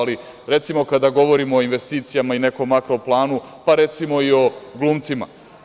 Ali, recimo, kada govorimo o investicijama i nekom makro planu, pa recimo, i o glumcima.